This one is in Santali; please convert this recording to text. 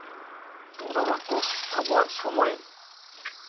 ᱛᱚ ᱚᱱᱮ ᱚᱱᱟ ᱠᱚ ᱟᱵᱚᱣᱟᱜ ᱥᱚᱢᱚᱭ